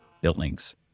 buildings